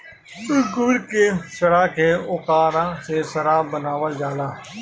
अंगूर के सड़ा के ओकरा से शराब बनावल जाला